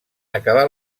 acabar